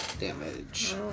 damage